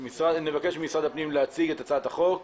נבקש ממשרד הפנים להציג את הצעת החוק,